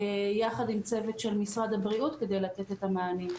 יחד עם הצוות של משרד הבריאות, כדי לתת מענה.